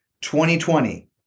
2020